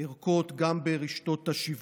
אמרת שבאתר משרד הבריאות זה ככה מופיע?